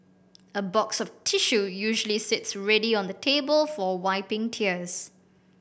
a box of tissue usually sits ready on the table for wiping tears